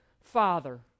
father